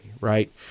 right